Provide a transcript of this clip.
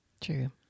True